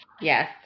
Yes